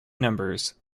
numbers